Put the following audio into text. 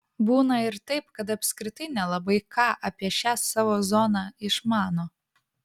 būna ir taip kad apskritai nelabai ką apie šią savo zoną išmano